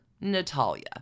Natalia